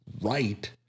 right